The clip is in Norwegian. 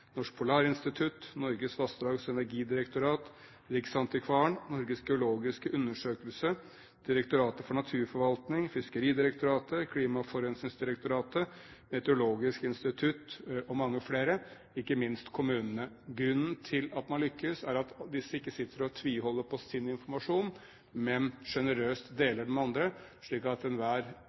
Norsk Polarinstitutt, Norges vassdrags- og energidirektorat, Riksantikvaren, Norges geologiske undersøkelse, Direktoratet for naturforvaltning, Fiskeridirektoratet, Klima- og forurensningsdirektoratet, Meteorologisk institutt og mange flere, ikke minst kommunene. Grunnen til at man lykkes, er at man ikke tviholder på sin informasjon, men generøst deler med andre, slik at enhver